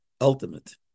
ultimate